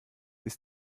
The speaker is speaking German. ist